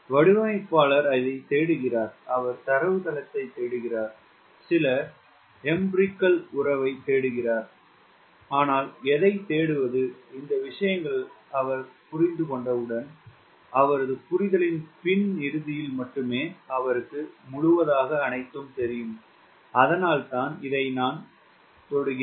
வடிவமைப்பாளர் அதைத் தேடுகிறார் அவர் தரவுத்தளத்தைத் தேடுகிறார் சில எம்பிரிக்கல் உறவை தேடுகிறார் ஆனால் எதைத் தேடுவது இந்த விஷயங்களை அவர் புரிந்துகொண்டவுடன் அவரது புரிதலின் பின் இறுதியில் மட்டுமே அவருக்குத் தெரியும் அதனால்தான் இதை நான் தொடுகிறேன்